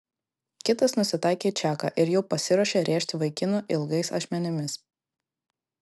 kitas nusitaikė į čaką ir jau pasiruošė rėžti vaikinui ilgais ašmenimis